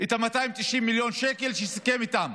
את ה-290 מיליון שקל שהוא סיכם איתם.